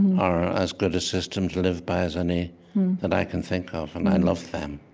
are as good a system to live by as any that i can think of. and i love them.